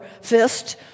fist